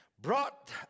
brought